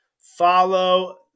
follow